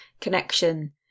connection